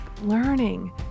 learning